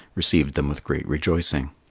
received them with great rejoicing.